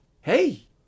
Hey